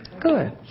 Good